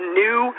new